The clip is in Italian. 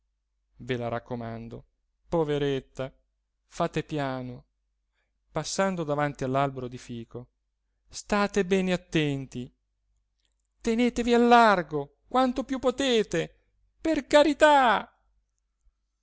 ve la raccomando poveretta fate piano passando davanti all'albero di fico state bene attenti tenetevi al largo quanto più potete per carità